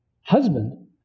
husband